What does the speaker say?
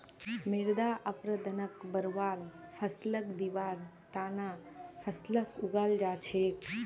मृदा अपरदनक बढ़वार फ़सलक दिबार त न फसलक उगाल जा छेक